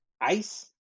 ice